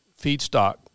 feedstock